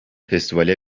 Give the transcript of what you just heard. festivale